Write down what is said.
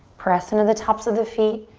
press into the tops of the feet.